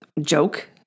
joke